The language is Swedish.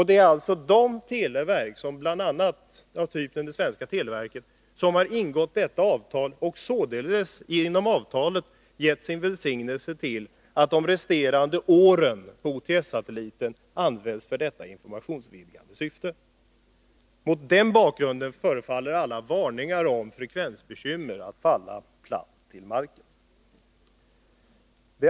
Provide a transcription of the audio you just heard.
Det är alltså telemyndigheter av det svenska televerkets typ, som har ingått detta avtal och således genom avtalet gett sin välsignelse till att de resterande åren på OTS-satelliten används för detta informationsvidgande syfte. Mot den bakgrunden förefaller alla varningar för frekvensbekymmer att falla platt till marken.